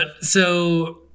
So-